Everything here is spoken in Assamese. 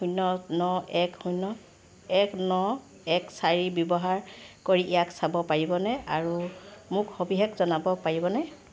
শূন্য ন এক শূন্য এক ন এক চাৰি ব্যৱহাৰ কৰি ইয়াক চাব পাৰিবনে আৰু মোক সবিশেষ জনাব পাৰিবনে